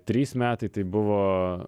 trys metai tai buvo